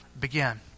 begin